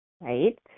right